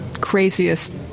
craziest